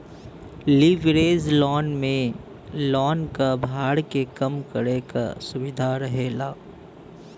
leverage loan में loan क भार के कम करे क सुविधा रहेला